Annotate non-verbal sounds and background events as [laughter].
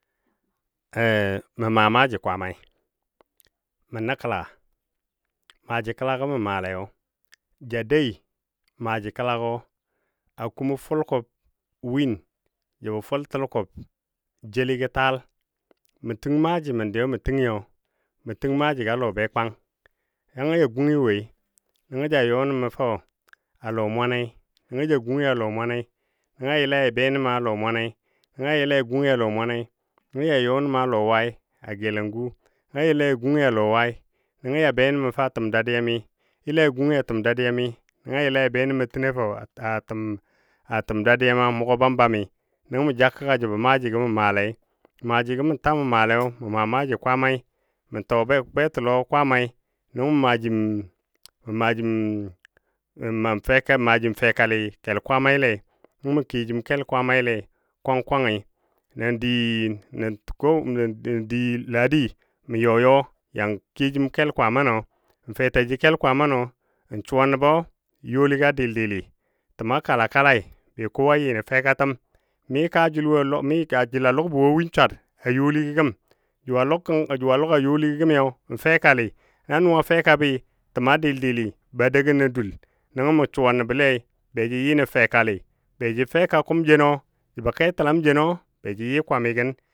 Mə maa maaji kwaamai, mə nəkəla maaji ə kəlagɔ mə maaleyo ja dou maaji kəlagɔ a kumɔ fulkub win jəbɔ fultulkub jelitaal, mə təng maaji gə mə təngi mə təng maajigɔ a lɔ bekwang nəngɔ ja gungyi woi nəngɔ ja yɔnə mə fou a lɔ mwanei, nəngɔ ja gungyi a lɔ mwane nəngɔ ja yɔ nən mə a Lɔ wai a gelengu nəngɔ ja yəla ja gungi a lɔ wai nəngɔ ja benən mə fa təm dadiyani, nəngɔ ja yəla ja gungi a təm dadiyani nəngo ja yəla ja be nən mə təgo a təm dadiyan a mʊgɔ bam bami nəngo mə ja kəgga jəbɔ maajigɔ mə maalei, maaji gɔ mə ta mə maalei mə maa maaji kwaamai, mə tɔɔ betə lɔ kwaamai nəngɔ mə maajim [hesitation] maajim [hesitation] mə fɛka maajim fɛkalɨ kel Kwaamaile kiyo jim kel Kwaamale kwang kwangi nəndi ladi mə yɔ yɔ yan kiyo jim kel kwaamana, n fetaji kel kwaamanɔ n suwa nəbɔ youli ga dɨl dɨli təma kala kalai be kowa yɨ nə fekatəm mi kaajəl jəl a lʊkbɔ wo win swar youli gɔ gəm, jʊ a lʊk a youligɔ gəmi fekali na nʊ a fekabɨ təma dɨl dɨli ba dougən nə dul nəngɔ mə suwa nəbɔ lei be ja yɨ nən fekali be jə fɛka kum jenɔ jəbɔ ketəlam jənɔ. Jə yi kwami gən.